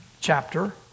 chapter